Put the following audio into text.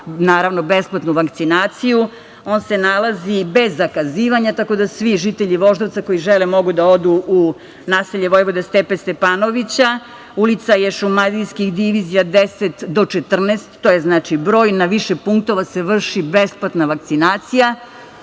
za besplatnu vakcinaciju. On se nalazi bez zakazivanja. Svi žitelji Voždovca koji žele mogu da odu u naselje Vojvode Stepe Stepanovića, ulica je Šumadijskih divizija 10-14 to je broj na više punktova se vrši besplatna vakcinacija